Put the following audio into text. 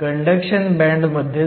conduction band मध्ये जाईल